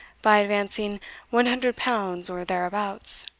by advancing one hundred pounds or thereabouts.